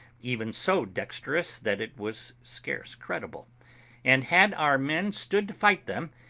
even so dexterous that it was scarce credible and had our men stood to fight them,